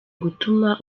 gutuma